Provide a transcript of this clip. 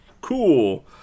Cool